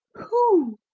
who?